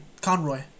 Conroy